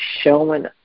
showing